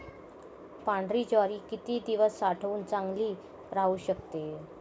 पांढरी ज्वारी किती दिवस साठवून चांगली राहू शकते?